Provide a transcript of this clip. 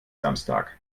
samstag